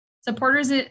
Supporters